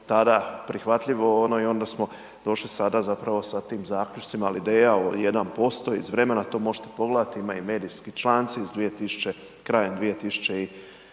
tada prihvatljivo i onda smo došli sada zapravo sa tim zaključcima, ali i ideja od 1% iz vremena, to možete pogledati, imaju i medijski članci iz, krajem,